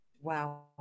Wow